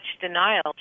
denial